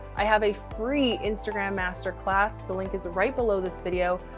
i have a free instagram masterclass. the link is right below this video.